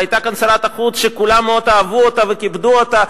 והיתה כאן שרת חוץ שכולם מאוד אהבו אותה וכיבדו אותה,